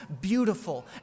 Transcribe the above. beautiful